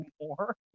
more